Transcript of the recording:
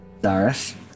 Zaris